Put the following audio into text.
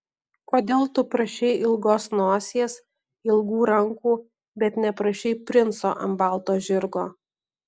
kodėl tu prašei ilgos nosies ilgų rankų bet neprašei princo ant balto žirgo